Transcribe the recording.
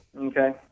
Okay